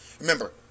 Remember